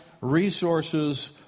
resources